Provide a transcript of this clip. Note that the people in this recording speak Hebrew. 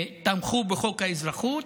הם תמכו בחוק האזרחות,